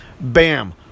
Bam